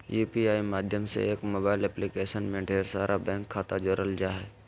UPI माध्यम से एक मोबाइल एप्लीकेशन में ढेर सारा बैंक खाता जोड़ल जा हय